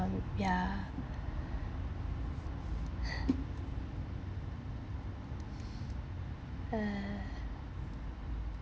um yeah uh